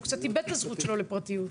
הוא קצת איבד את הזכות שלו לפרטיות.